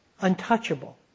untouchable